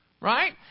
right